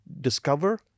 discover